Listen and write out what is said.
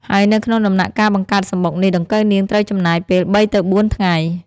ហើយនៅក្នុងដំណាក់កាលបង្កើតសំបុកនេះដង្កូវនាងត្រូវចំណាយពេល ៣ ទៅ ៤ ថ្ងៃ។